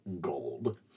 gold